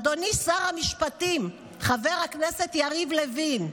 אדוני שר המשפטים חבר הכנסת יריב לוין,